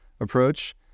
approach